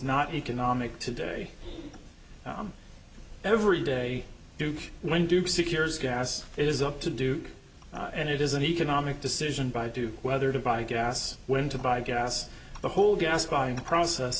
not economic today every day when do secures gas is up to do and it is an economic decision by do whether to buy gas when to buy gas the whole gas buying process